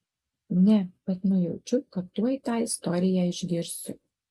ne bet nujaučiu kad tuoj tą istoriją išgirsiu